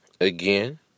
Again